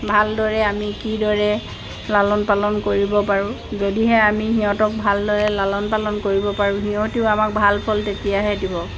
ভালদৰে আমি কিদৰে লালন পালন কৰিব পাৰোঁ যদিহে আমি সিহঁতক ভালদৰে লালন পালন কৰিব পাৰোঁ সিহঁতেও আমাক ভাল ফল তেতিয়াহে দিব